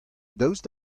daoust